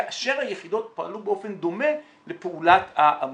כאשר היחידות פעלו באופן דומה לפעולת העמותות,